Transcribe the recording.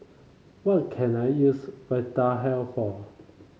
what can I use Vitahealth for